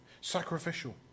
sacrificial